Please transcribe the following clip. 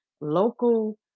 local